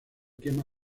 quema